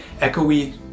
echoey